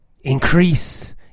increase